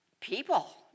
people